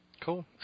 Cool